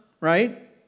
right